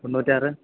തൊണ്ണൂറ്റാറ്